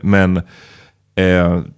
Men